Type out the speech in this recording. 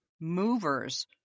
movers